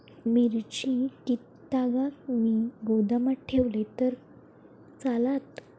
मिरची कीततागत मी गोदामात ठेवलंय तर चालात?